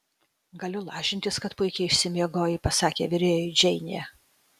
galiu lažintis kad puikiai išsimiegojai pasakė virėjui džeinė